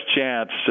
chance